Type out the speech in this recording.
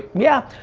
yeah.